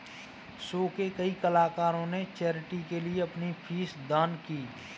show के कई कलाकारों ने चैरिटी के लिए अपनी फीस दान की